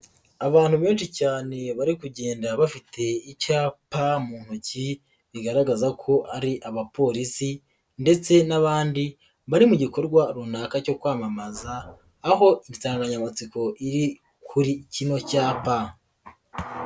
Abantu benshi cyane bari kugenda bafite icyapa mu intoki bigaragaza ko ari abapolisi ndetse n'abandi bari mu gikorwa runaka cyo kwamamaza, aho insanganyamatsiko iri kuri kimwe cyapa.